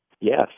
Yes